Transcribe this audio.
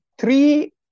three